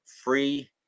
free